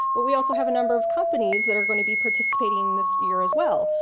but we also have a number of companies that are gonna be participating this year as well.